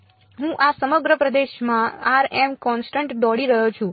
હું આ સમગ્ર પ્રદેશમાં કોન્સટન્ટ દોડી રહ્યો છું